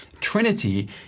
Trinity